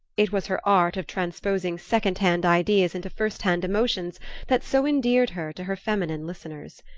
it was her art of transposing second-hand ideas into first-hand emotions that so endeared her to her feminine listeners.